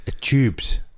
tubes